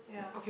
yeah